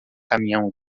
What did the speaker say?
caminhão